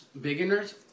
Beginners